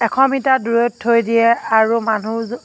এশ মিটাৰ দূৰৈত থৈ দিয়ে আৰু মানুহ